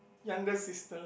younger sister